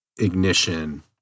ignition